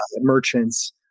merchants